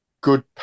good